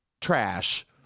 trash